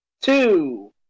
two